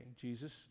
Jesus